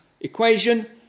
equation